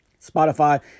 Spotify